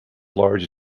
large